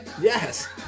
Yes